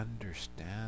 understand